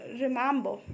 remember